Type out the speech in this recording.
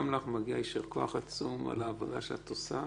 גם לך מגיע יישר כוח עצום על העבודה שאת עושה.